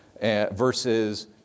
versus